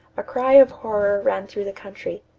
a cry of horror ran through the country.